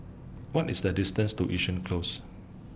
What IS The distance to Yishun Close